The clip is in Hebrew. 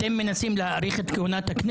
אתם מנסים להאריך את כהונת הכנסת.